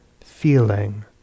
feeling